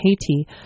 Haiti